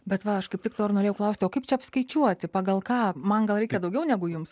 bet va aš kaip tik to ir norėjau klausti o kaip čia apskaičiuoti pagal ką man gal reikia daugiau negu jums